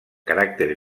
caràcter